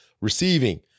receiving